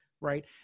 right